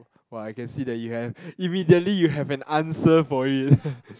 !wah! I can see that you have immediately you have an answer for it